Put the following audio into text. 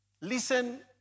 listen